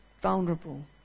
vulnerable